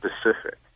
specific